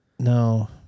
No